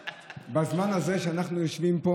בזמן הזה שאנחנו יושבים פה,